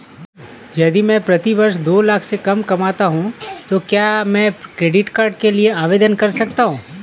यदि मैं प्रति वर्ष दो लाख से कम कमाता हूँ तो क्या मैं क्रेडिट कार्ड के लिए आवेदन कर सकता हूँ?